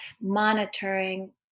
monitoring